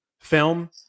film